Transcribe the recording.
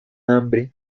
hambre